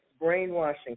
brainwashing